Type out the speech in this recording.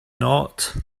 not